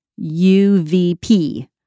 UVP